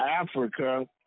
Africa